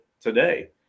today